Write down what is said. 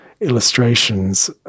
illustrations